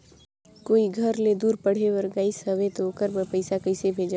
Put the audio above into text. कोई घर ले दूर पढ़े बर गाईस हवे तो ओकर बर पइसा कइसे भेजब?